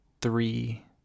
three